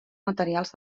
materials